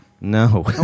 No